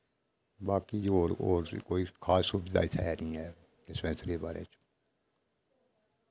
बाकी जो होर होर कोई खास सुबधा इत्थै है नि ऐ डिस्पेंसरी दे बारे च